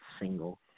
single